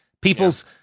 people's